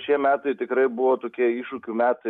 šie metai tikrai buvo tokie iššūkių metai